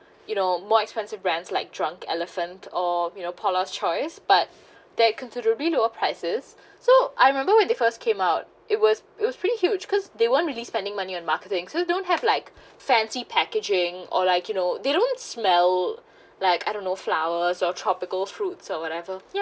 you know more expensive brands like drunk elephant or you know paula's choice but that considerably lower prices so I remember when they first came out it was it was pretty huge cause they weren't really spending money on marketing so don't have like fancy packaging or like you know they don't smell like I don't know flowers or tropical fruits or whatever ya